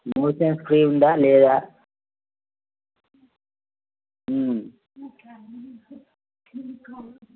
motions free ఉందా లేదా ఇంకా